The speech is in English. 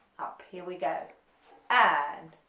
up, here we go and